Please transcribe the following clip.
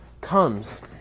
comes